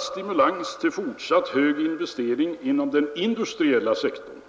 stimulans till fortsatt högre investering inom den industriella sektorn.